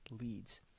leads